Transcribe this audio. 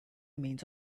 means